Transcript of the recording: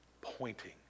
pointing